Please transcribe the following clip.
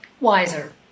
Wiser